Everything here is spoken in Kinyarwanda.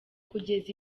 kugeza